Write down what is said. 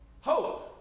Hope